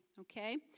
okay